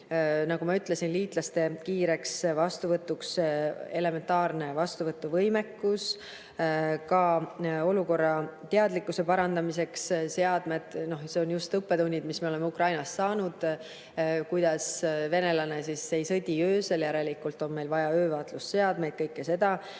nagu ma ütlesin, liitlaste kiireks vastuvõtuks vajalik elementaarne vastuvõtuvõimekus, ka olukorrateadlikkuse parandamiseks vajalikud seadmed. Need on just õppetunnid, mis me oleme Ukrainast saanud: venelane ei sõdi öösel, järelikult on meil vaja öövaatlusseadmeid – kõike seda.